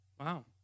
Wow